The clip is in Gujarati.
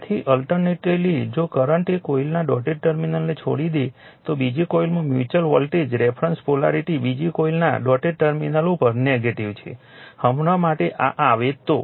તેથી અલ્ટરનેટિવલી જો કરંટ એક કોઇલના ડોટેડ ટર્મિનલને છોડી દે છે તો બીજી કોઇલમાં મ્યુચ્યુઅલ વોલ્ટેજની રેફરન્સ પોલારિટી બીજી કોઇલના ડોટેડ ટર્મિનલ ઉપર નેગેટિવ છે હમણાં માટે જો આ આવે તો